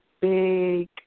big